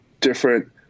different